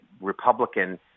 Republican